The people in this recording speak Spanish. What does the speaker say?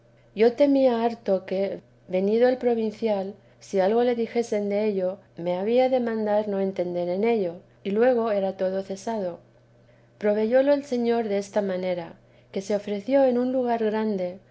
yo temía harto que venido el provincial si algo le dijesen dello me había de mandar no entender en ello y luego era todo cesado proveyólo el señor desta manera que se ofreció en un lugar grande